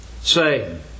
Say